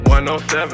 107